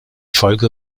folge